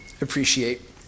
appreciate